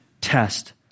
test